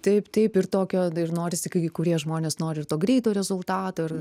taip taip ir tokio ir norisi kai kurie žmonės nori ir to greito rezultato ir